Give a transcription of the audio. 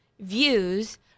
views